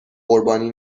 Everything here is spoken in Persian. قربانی